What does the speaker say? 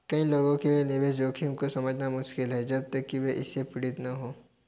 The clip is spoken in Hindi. कई लोगों के लिए निवेश जोखिम को समझना मुश्किल है जब तक कि वे इससे पीड़ित न हों